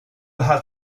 had